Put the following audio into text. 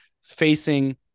facing